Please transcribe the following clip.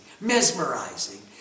mesmerizing